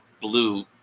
blue